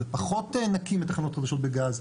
זה פחות נקי מתחנות חדשות בגז,